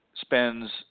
spends